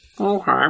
Okay